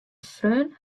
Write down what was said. freonen